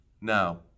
Now